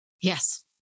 Yes